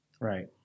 Right